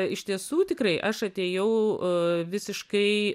iš tiesų tikrai aš atėjau visiškai